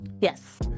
Yes